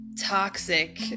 toxic